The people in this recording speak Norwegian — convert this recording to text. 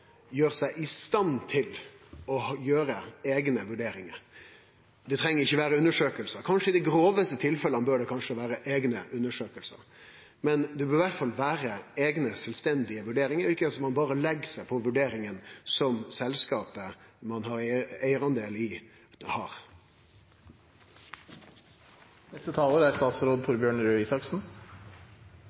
seg i stand til å gjere eigne vurderingar. Det treng ikkje vere undersøkingar – i dei grovaste tilfella bør det kanskje vere det – men det bør iallfall vere eigne, sjølvstendige vurderingar og ikkje at ein berre legg seg på vurderingar som selskapet ein har eigardel i, har. Det er ikke noe hold i